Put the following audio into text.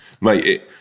mate